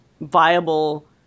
viable